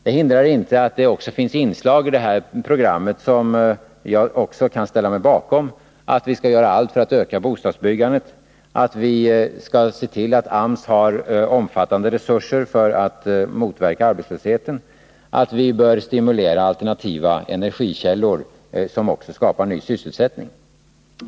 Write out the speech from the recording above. Det hindrar inte att det också finns inslag i det här programmet som även jag kan ställa mig bakom, t.ex. att vi skall göra allt för att öka bostadsbyggandet, att vi skall se till att AMS har omfattande resurser för att motverka arbetslösheten, att vi bör stimulera alternativa energikällor som också skapar ny sysselsättning.